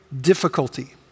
difficulty